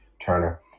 Turner